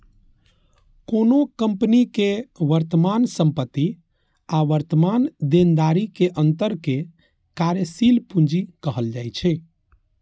कोनो कंपनी के वर्तमान संपत्ति आ वर्तमान देनदारी के अंतर कें कार्यशील पूंजी कहल जाइ छै